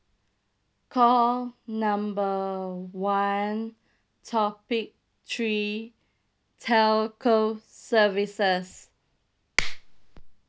call number one topic three telco services